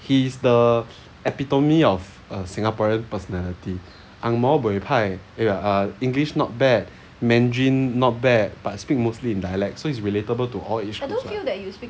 he is the epitome of singaporean personality ang mo buay pai err english not bad mandarin not bad but speak mostly in dialect so is relatable to all age group